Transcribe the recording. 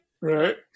right